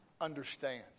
understand